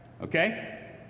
Okay